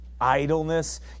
Idleness